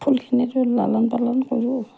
ফুলখিনি ৰুই লালন পালন কৰোঁ